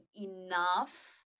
enough